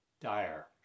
dire